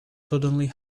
suddenly